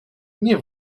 nie